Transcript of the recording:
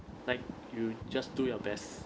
like you just do your best